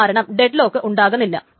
അത് കാരണം ഡെഡ്ലോക്ക് ഉണ്ടാകുന്നില്ല